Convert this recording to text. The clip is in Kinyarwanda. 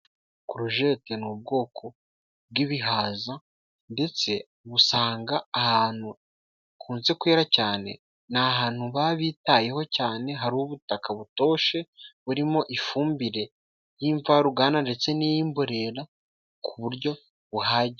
Korojete ni ubwoko bw'ibihaza, ndetse busanga ahantu hakunze kwera cyane. Ni ahantu bababitayeho cyane, hari ubutaka butoshe, burimo ifumbire y'imvaruganda ndetse niy'imborera ku buryo buhagije.